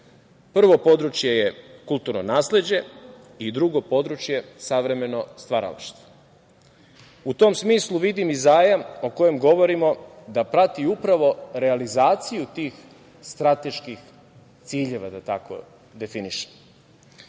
Prvo područje je kulturno nasleđe i drugo područje je savremeno stvaralaštvo.U tom smislu vidim i zajam o kojem govorimo, da prati upravo realizaciju tih strateških ciljeva, da tako definišem,